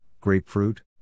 grapefruit